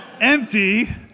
empty